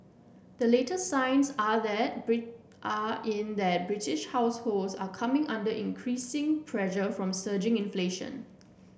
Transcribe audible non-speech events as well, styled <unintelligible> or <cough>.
the latest signs are that <unintelligible> are in that British households are coming under increasing pressure from surging inflation